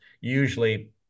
usually